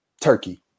Turkey